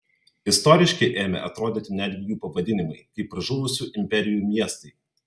istoriški ėmė atrodyti netgi jų pavadinimai kaip pražuvusių imperijų miestai